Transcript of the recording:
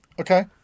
Okay